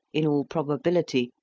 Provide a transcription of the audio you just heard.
in all probability,